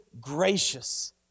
gracious